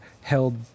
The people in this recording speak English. held